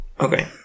Okay